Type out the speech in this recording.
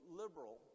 liberal